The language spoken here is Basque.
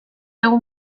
egun